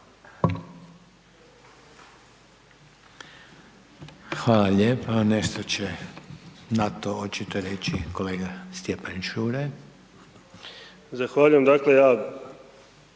Hvala lijepa. Nešto će na to očito reći kolega Stjepan Ćuraj. **Čuraj,